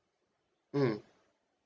mm